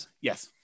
Yes